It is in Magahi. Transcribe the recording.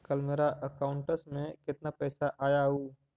कल मेरा अकाउंटस में कितना पैसा आया ऊ?